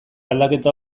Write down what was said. aldaketa